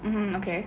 mm okay